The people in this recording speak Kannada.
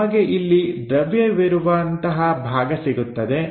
ನಮಗೆ ಇಲ್ಲಿ ದ್ರವ್ಯವಿರುವಂತಹ ಭಾಗ ಸಿಗುತ್ತದೆ